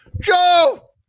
Joe